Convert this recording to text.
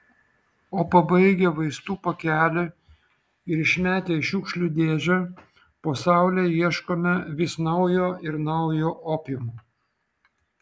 o pabaigę vaistų pakelį ir išmetę į šiukšlių dėžę po saule ieškome vis naujo ir naujo opiumo